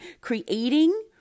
creating